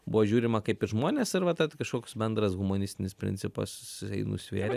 buvo žiūrima kaip į žmones ir va tad kažkoks bendras humanistinis principas nusvėrė